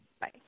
bye